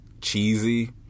cheesy